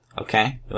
Okay